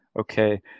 Okay